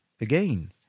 again